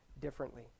differently